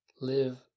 live